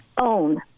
own